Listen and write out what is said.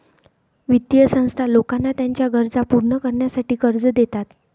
वित्तीय संस्था लोकांना त्यांच्या गरजा पूर्ण करण्यासाठी कर्ज देतात